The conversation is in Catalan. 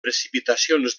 precipitacions